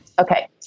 Okay